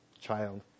child